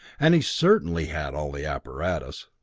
and he certainly had all the apparatus.